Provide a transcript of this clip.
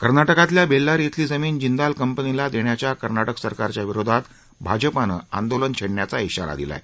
कर्नाटकातल्या बेल्लारी खेली जमीन जिंदाल कंपनीला देण्याच्या कर्नाटक सरकारच्या विरोधात भाजपानं आंदोलन छेडण्याचा ध्वारा दिला आहे